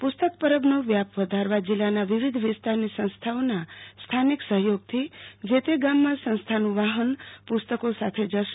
પુસ્તક પરબનો વ્યાપ વધારવા જિલ્લાના વિવિધ વિસ્તારની સંસ્થાઓના સ્થાનિક સહયોગ થી જે તે ગામમાં સંસ્થાનું વાહન પુસ્તકો સાથે જશે